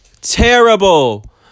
terrible